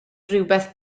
rhywbeth